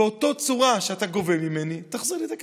באותה צורה שאתה גובה ממני, תחזיר לי את הכסף.